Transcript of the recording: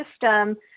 system